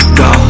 go